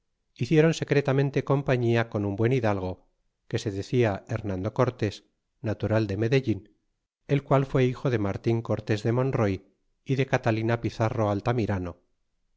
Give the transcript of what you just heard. hicieron secretamente compañia con un buen hidalgo que se tecla demando cortés natural de medellin el qual fué hijo de martin cortés de monroy y de catalina pizarro altamirano